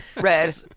red